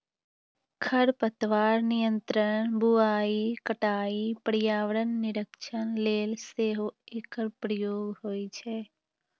खरपतवार नियंत्रण, बुआइ, कटाइ, पर्यावरण निरीक्षण लेल सेहो एकर प्रयोग होइ छै